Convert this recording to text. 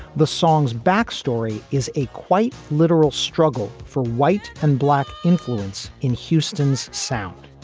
the song's backstory is a quite literal struggle for white and black influence in houston's sound.